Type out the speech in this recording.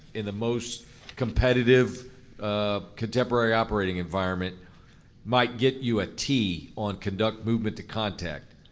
in the most competitive contemporary operating environment might get you a t on conduct movement to contact.